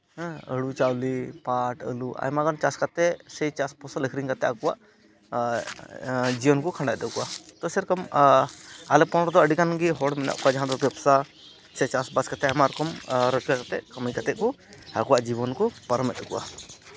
ᱦᱮᱸ ᱦᱩᱲᱩ ᱪᱟᱣᱞᱮ ᱯᱟᱴ ᱟᱹᱞᱩ ᱟᱭᱢᱟᱜᱟᱱ ᱪᱟᱥ ᱠᱟᱛᱮᱫ ᱥᱮ ᱪᱟᱥ ᱯᱷᱚᱥᱚᱞ ᱟᱹᱠᱷᱨᱤᱧ ᱠᱟᱛᱮᱫ ᱟᱠᱳᱣᱟᱜ ᱡᱤᱭᱚᱱ ᱠᱚ ᱠᱷᱟᱸᱰᱟᱣᱮᱫ ᱛᱟᱠᱳᱣᱟ ᱛᱳ ᱥᱮᱨᱚᱠᱚᱢ ᱟᱞᱮ ᱦᱚᱱᱚᱛ ᱨᱮᱫᱚ ᱟᱹᱰᱤᱜᱟᱱ ᱜᱮ ᱦᱚᱲ ᱢᱮᱱᱟᱜ ᱠᱚᱣᱟ ᱡᱟᱦᱟᱸᱭ ᱫᱚ ᱵᱮᱵᱽᱥᱟ ᱥᱮ ᱪᱟᱥᱼᱵᱟᱥ ᱠᱟᱛᱮᱫ ᱟᱭᱢᱟ ᱨᱚᱠᱚᱢ ᱨᱳᱡᱽᱜᱟᱨ ᱠᱟᱛᱮᱫ ᱠᱟᱹᱢᱤ ᱠᱟᱛᱮᱫ ᱠᱚ ᱟᱠᱚᱣᱟᱜ ᱡᱤᱵᱚᱱ ᱠᱚ ᱯᱟᱨᱚᱢᱮᱫ ᱛᱟᱠᱳᱣᱟ